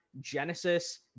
Genesis